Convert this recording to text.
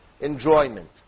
enjoyment